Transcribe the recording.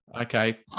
Okay